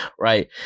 right